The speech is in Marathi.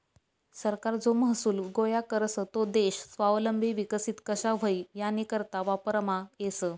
सरकार जो महसूल गोया करस तो देश स्वावलंबी विकसित कशा व्हई यानीकरता वापरमा येस